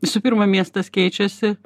visų pirma miestas keičiasi